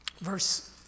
Verse